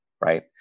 right